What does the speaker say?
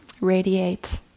radiate